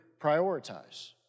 prioritize